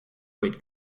weight